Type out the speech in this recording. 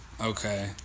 Okay